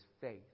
faith